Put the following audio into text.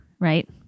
right